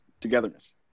togetherness